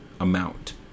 amount